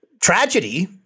tragedy